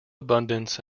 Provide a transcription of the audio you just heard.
abundance